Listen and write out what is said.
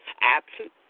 Absent